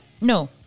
No